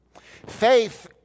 Faith